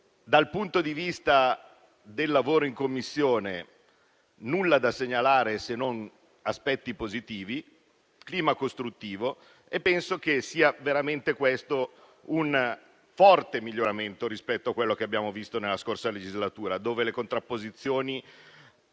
Dal punto di vista del lavoro in Commissione, non ho nulla da segnalare, se non aspetti positivi e un clima costruttivo e penso che questo sia veramente un grande miglioramento rispetto a quello che abbiamo visto nella scorsa legislatura, quando le contrapposizioni